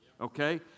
okay